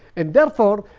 and therefore,